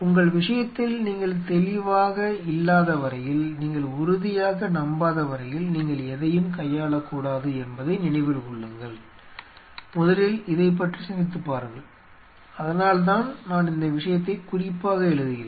உங்கள் விஷயத்தில் நீங்கள் தெளிவாக இல்லாதவரையில் நீங்கள் உறுதியாக நம்பாதவரைவரையில் நீங்கள் எதையும் கையாளக்கூடாது என்பதை நினைவில் கொள்ளுங்கள் முதலில் இதைப் பற்றி சிந்தித்துப் பாருங்கள் அதனால்தான் நான் இந்த விஷயத்தைக் குறிப்பாக எழுதுகிறேன்